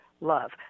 love